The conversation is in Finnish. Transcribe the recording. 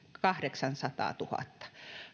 kahdeksansataatuhatta